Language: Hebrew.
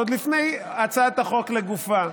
עוד לפני הצעת החוק גופה,